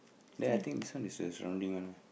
then I think this one is the surrounding one ah